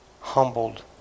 humbled